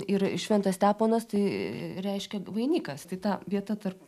ir ir šventas steponas tai reiškia vainikas tai ta vieta tarp